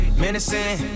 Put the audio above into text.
menacing